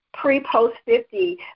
pre-post-50